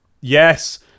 yes